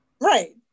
right